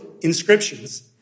inscriptions